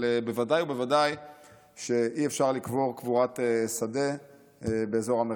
אבל בוודאי ובוודאי שאי-אפשר לקבור קבורת שדה באזור המרכז.